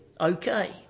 Okay